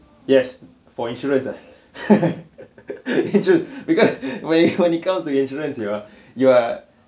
yes for insurance ah insura~ because when it when it comes to insurance you are you are